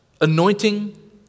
Anointing